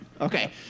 Okay